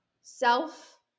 self